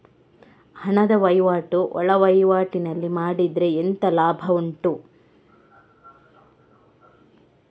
ಹಣದ ವಹಿವಾಟು ಒಳವಹಿವಾಟಿನಲ್ಲಿ ಮಾಡಿದ್ರೆ ಎಂತ ಲಾಭ ಉಂಟು?